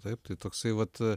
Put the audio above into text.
taip tai toksai vat